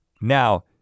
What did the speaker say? Now